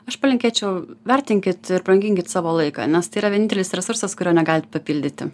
aš palinkėčiau vertinkit ir branginkit savo laiką nes tai yra vienintelis resursas kurio negalit papildyti